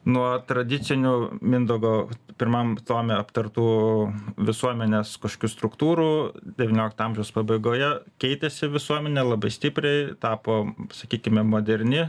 nuo tradicinių mindaugo pirmam tome aptartų visuomenės kažkokių struktūrų devyniolikto amžiaus pabaigoje keitėsi visuomenė labai stipriai tapo sakykime moderni